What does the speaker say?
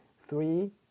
three